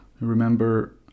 remember